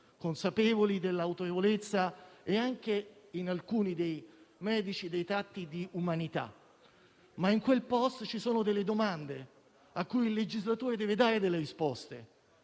consapevoli dell'autorevolezza e anche, in alcuni dei medici, dei tratti di umanità. In quel *post* ci sono però delle domande cui il legislatore deve dare delle risposte.